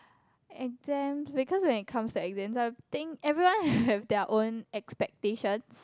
and then because when it comes to exam I think everyone have their own expectations